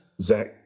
Zach